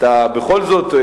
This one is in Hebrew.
בכל זאת,